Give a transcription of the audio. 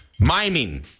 Miming